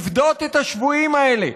לפדות את השבויים האלה,